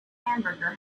hamburger